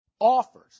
Offers